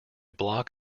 block